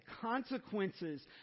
consequences